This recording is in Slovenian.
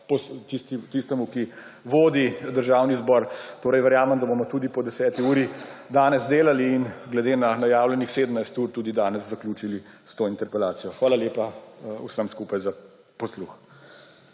tistemu, ki vodi državni zbor. Verjamem, da bomo tudi po 22. uri danes delali in glede na najavljenih 17 ur tudi danes zaključili s to interpelacijo. Hvala lepa vsem skupaj za posluh.